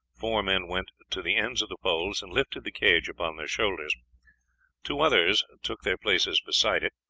four men went to the ends of the poles and lifted the cage upon their shoulders two others took their places beside it,